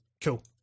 cool